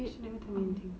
she never tell one thing